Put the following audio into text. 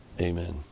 Amen